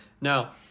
Now